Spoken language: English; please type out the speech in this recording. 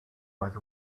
was